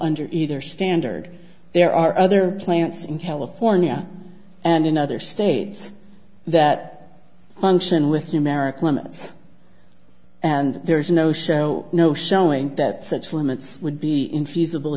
under either standard there are other plants in california and in other states that function with you merrick limits and there is no show no showing that such limits would be infeasible